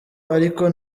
ariko